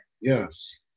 Yes